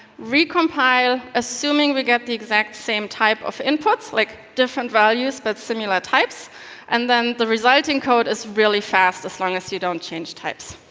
recompile, assuming we get the exact same type of inputs like different values but similar types and then the resulting code is really fast as long as you don't change types.